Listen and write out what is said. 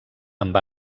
amb